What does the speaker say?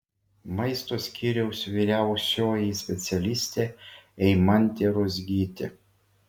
maisto skyriaus vyriausioji specialistė eimantė ruzgytė